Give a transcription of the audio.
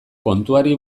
kontuari